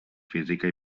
física